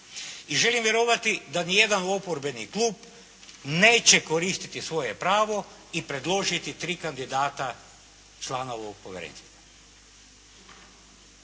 I želim vjerovati da nijedan oporbeni klub neće koristiti svoje pravo i predložiti tri kandidata člana ovog povjerenstva.